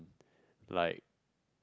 like